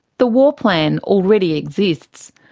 the war plan already exists.